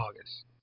August